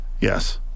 Yes